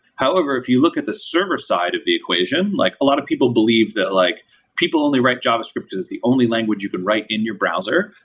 however, if you look at the server side of the equation, like a lot of people believe that like people only write javascript because it's the only language you can write in your browser.